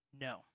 No